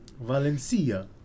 Valencia